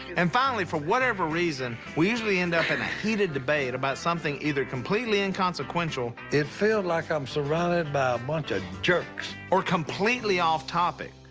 and finally, for whatever reason, we usually end up in a heated debate about something either completely inconsequential. it feels like i'm surrounded by a bunch of jerks. or completely off topic.